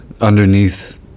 underneath –